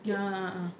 ah ah ah ah